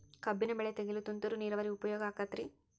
ಕಬ್ಬಿನ ಬೆಳೆ ತೆಗೆಯಲು ತುಂತುರು ನೇರಾವರಿ ಉಪಯೋಗ ಆಕ್ಕೆತ್ತಿ?